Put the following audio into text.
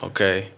Okay